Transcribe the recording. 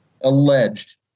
alleged